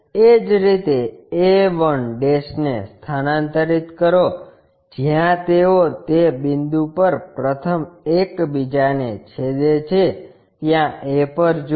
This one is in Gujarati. એ જ રીતે a1 ને સ્થાનાંતરિત કરો જ્યાં તેઓ તે બિંદુ પર પ્રથમ એક બીજાને છેદે છે ત્યાં a પર જૂઓ